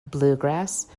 bluegrass